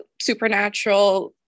supernatural